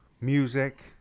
music